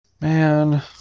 Man